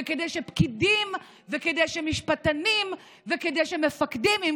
וכדי שפקידים וכדי שמשפטנים וכדי שמפקדים עם